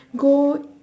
go